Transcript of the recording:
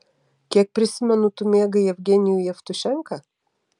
kiek prisimenu tu mėgai jevgenijų jevtušenką